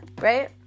right